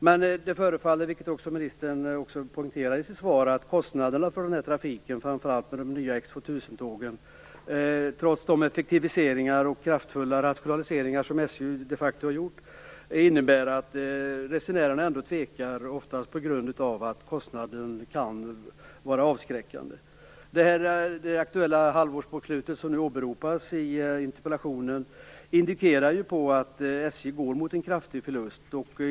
Men det förefaller, vilket ministern också poängterade i sitt svar, som om kostnaderna för den här trafiken, framför allt för trafiken med de nya X 2000 tågen, trots de effektiviseringar och kraftfulla rationaliseringar som SJ de facto har gjort, innebär att resenärerna tvekar. De tvekar oftast just på grund av att kostnaden är avskräckande. Det nu aktuella halvårsbokslutet som åberopas i interpellationen indikerar att SJ går mot en kraftig förlust.